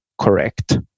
correct